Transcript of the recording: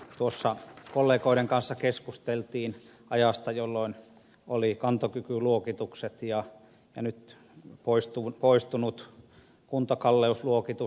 tuossa kollegoiden kanssa keskusteltiin ajasta jolloin oli kantokykyluokitus ja nyt poistunut kuntakalleusluokitus